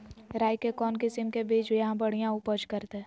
राई के कौन किसिम के बिज यहा बड़िया उपज करते?